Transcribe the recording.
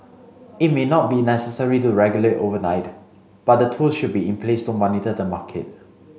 it may not be necessary to regulate overnight but the tools should be in place to monitor the market